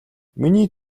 миний